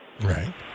Right